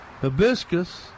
hibiscus